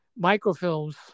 microfilms